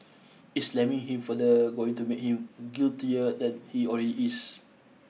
is slamming him further going to make him guiltier than he already is